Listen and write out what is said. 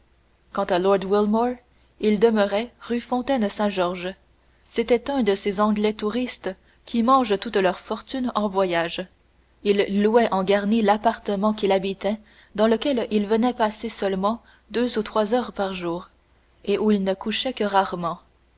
quant à lord wilmore il demeurait rue fontaine saint georges c'était un de ces anglais touristes qui mangent toute leur fortune en voyages il louait en garni l'appartement qu'il habitait dans lequel il venait passer seulement deux ou trois heures par jour et où il ne couchait que rarement